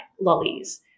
lollies